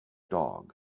dog